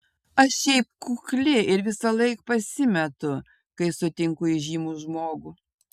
aš šiaip kukli ir visąlaik pasimetu kai sutinku įžymų žmogų